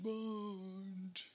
Bond